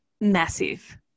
massive